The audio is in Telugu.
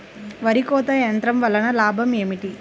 వరి కోత యంత్రం వలన లాభం ఏమిటి?